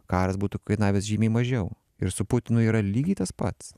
karas būtų kainavęs žymiai mažiau ir su putinu yra lygiai tas pats